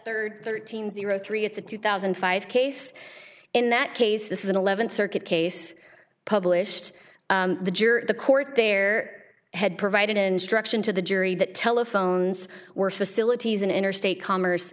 third thirteen zero three it's a two thousand and five case in that case this is an eleventh circuit case published the jury the court there had provided instruction to the jury that telephones were facilities in interstate commerce